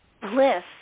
bliss